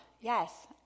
Yes